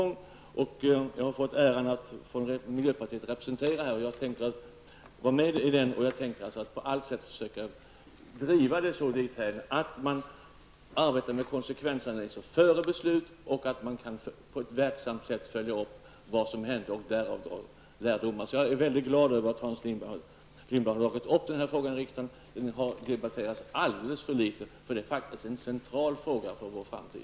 Jag har fått äran att representera miljöpartiet där, och jag har för avsikt att på alla sätt försöka driva det hela dithän att man arbetar med konsekvensanalyser före beslut, att man på ett verksamt sätt följer upp vad som hänt och att man tar lärdom av allt detta. Jag är således mycket glad över att Hans Lindblad tog upp denna fråga i riksdagen. Den här frågan har debatterats alldeles för litet. Dessutom är detta faktiskt en central fråga för vår framtid.